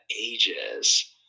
ages